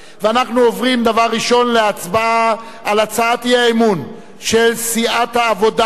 ואנחנו עוברים דבר ראשון להצבעה על הצעת האי-אמון של סיעת העבודה,